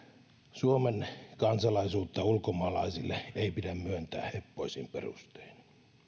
suomen kansalaisuutta ulkomaalaisille ei pidä myöntää heppoisin perustein